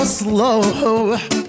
slow